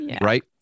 right